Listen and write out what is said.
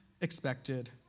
expected